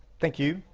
thank you,